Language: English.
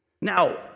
Now